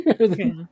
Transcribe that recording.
Okay